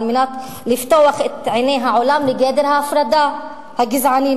מנת לפתוח את עיני העולם לגדר ההפרדה הגזענית,